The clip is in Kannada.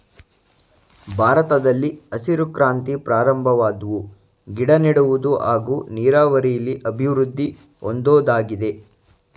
ಭಾರತದಲ್ಲಿ ಹಸಿರು ಕ್ರಾಂತಿ ಪ್ರಾರಂಭವಾದ್ವು ಗಿಡನೆಡುವುದು ಹಾಗೂ ನೀರಾವರಿಲಿ ಅಭಿವೃದ್ದಿ ಹೊಂದೋದಾಗಿದೆ